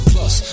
Plus